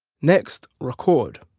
next record,